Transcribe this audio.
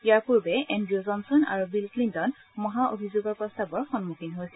ইয়াৰ পূৰ্বে এড়িউ জনচন আৰু বিল ক্লিণ্টন মহা অভিযোগৰ প্ৰস্তাৱৰ সন্মখীন হৈছিল